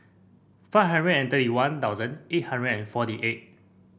five hundred and thirty One Thousand eight hundred and forty eight